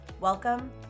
Welcome